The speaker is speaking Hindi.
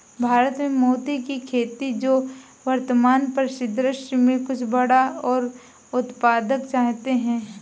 भारत में मोती की खेती जो वर्तमान परिदृश्य में कुछ बड़ा और उत्पादक चाहते हैं